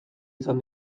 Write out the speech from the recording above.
izan